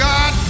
God